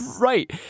Right